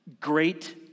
Great